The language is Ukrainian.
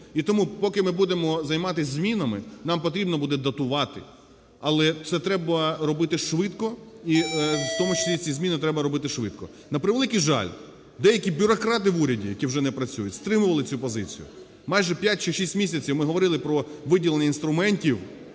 І тому поки ми будемо займатись змінами, нам потрібно буде дотувати. Але це треба робити швидко, і в тому числі ці зміни треба робити швидко. На превеликий жаль, деякі бюрократи в уряді, які вже не працюють, стримували цю позицію, майже 5 чи 6 місяців ми говорили про виділення інструментів